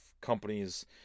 companies